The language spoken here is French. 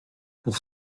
pour